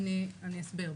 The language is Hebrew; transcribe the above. אני אסביר.